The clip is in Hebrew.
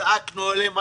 צעקנו עליהם,